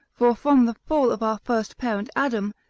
for from the fall of our first parent adam,